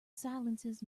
silences